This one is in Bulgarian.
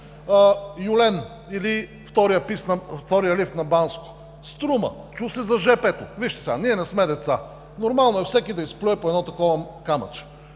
„Юлен“ или вторият лифт на Банско; „Струма“; чу се за жп-то. Вижте, ние не сме деца. Нормално е всеки да изплюе по едно такова камъче.